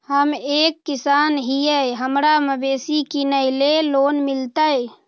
हम एक किसान हिए हमरा मवेसी किनैले लोन मिलतै?